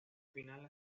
final